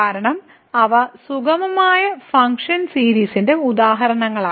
കാരണം അവ സുഗമമായ ഫംഗ്ഷൻ സീരീസിന്റെ ഉദാഹരണങ്ങളാണ്